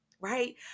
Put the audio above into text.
right